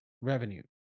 revenue